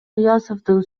ильясовдун